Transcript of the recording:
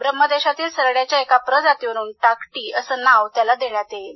ब्रह्मदेशातील सरड्याच्या एक प्रजातीवरुन टाकटी असं त्याला नाव देण्यात येईल